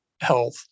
health